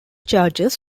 charges